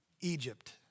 Egypt